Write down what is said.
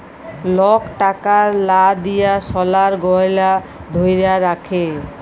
lock টাকার লা দিঁয়ে সলার গহলা ধ্যইরে রাখে